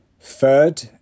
Third